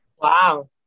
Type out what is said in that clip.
wow